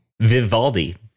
Vivaldi